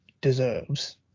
deserves